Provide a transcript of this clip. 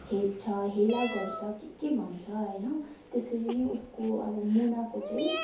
हेप्छ हेला गर्छ के के भन्छ होइन त्यसरी नै उसको अब मुनाको चाहिँ